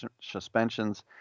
suspensions